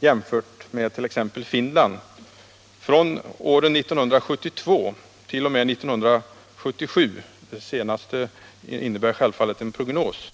i förhållande till Finland åren 1972-1977 — för det sista året är det självfallet fråga om en prognos.